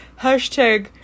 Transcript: Hashtag